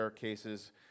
cases